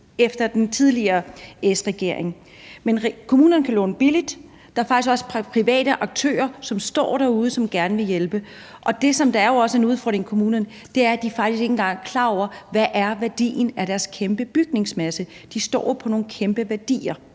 i den tidligere S-regering. Men kommunerne kan låne billigt, og der er faktisk også private aktører, som står derude, og som gerne vil hjælpe. Og det, som jo også er en udfordring i kommunerne, er, at de faktisk ikke engang er klar over, hvad værdien af deres kæmpe bygningsmasse er. De sidder jo på nogle kæmpe værdier,